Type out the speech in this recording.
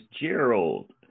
Gerald